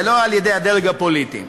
ולא על-ידי הדרג הפוליטי.